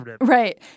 Right